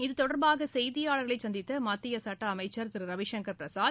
இது தொடர்பாக செய்தியாளர்களை சந்தித்த மத்திய சட்ட அமைச்சர் திரு ரவிசங்கர் பிரசாத்